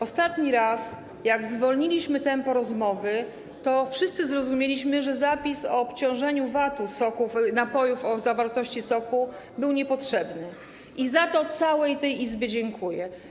Ostatni raz, gdy zwolniliśmy tempo rozmowy, wszyscy zrozumieliśmy, że zapis o obciążeniu VAT napojów z zawartością soku był niepotrzebny, i za to całej tej Izbie dziękuję.